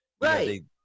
right